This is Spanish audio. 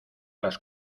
las